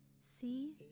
see